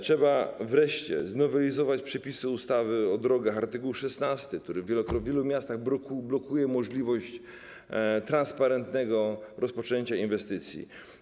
Trzeba wreszcie znowelizować przepisy ustawy o drogach - art. 16, który w wielu miastach blokuje możliwość transparentnego rozpoczęcia inwestycji.